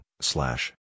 slash